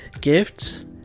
gifts